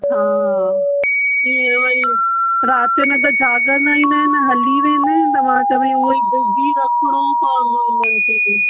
हा ईअं वरी राति न त छा कंदा ईंदा आहिनि हली वेंदा आहिनि त मां चवां भाई उहेई हीअ बि रखिणो पवंदो हिननि खे बि